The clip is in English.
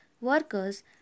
workers